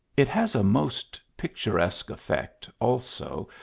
it has a most picturesque effect, also,